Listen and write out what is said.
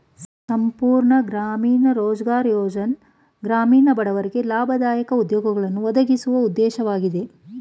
ಸಂಪೂರ್ಣ ಗ್ರಾಮೀಣ ರೋಜ್ಗಾರ್ ಯೋಜ್ನ ಗ್ರಾಮೀಣ ಬಡವರಿಗೆ ಲಾಭದಾಯಕ ಉದ್ಯೋಗಗಳನ್ನು ಒದಗಿಸುವ ಉದ್ದೇಶವಾಗಿದೆ